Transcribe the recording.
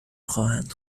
خواهند